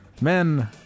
Men